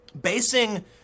basing